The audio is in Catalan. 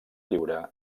lliure